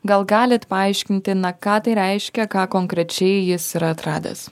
gal galit paaiškinti na ką tai reiškia ką konkrečiai jis yra atradęs